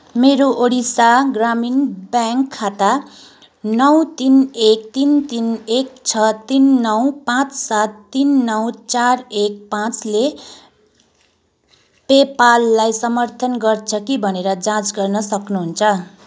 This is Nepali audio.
मेरो ओडिसा ग्रामीण ब्याङ्क खाता नौ तिन एक तिन तिन एक छ तिन नौ पाँच सात तिन नौ चार एक पाँच ले पे पाललाई समर्थन गर्छ कि भनेर जाँच गर्न सक्नुहुन्छ